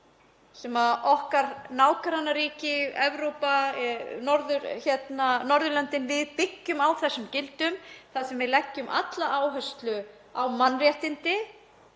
á og okkar nágrannaríki, Evrópa, Norðurlöndin. Við byggjum á þessum gildum þar sem við leggjum alla áherslu á mannréttindi